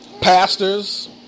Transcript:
Pastors